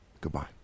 Goodbye